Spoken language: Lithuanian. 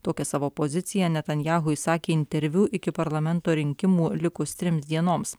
tokią savo poziciją netanjahu išsakė interviu iki parlamento rinkimų likus trims dienoms